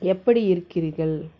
எப்படி இருக்கிறீர்கள்